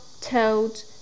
told